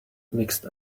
mixed